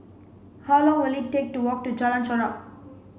how long will it take to walk to Jalan Chorak